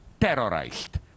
terrorized